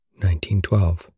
1912